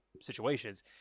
situations